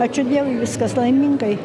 ačiū dievui viskas laimingai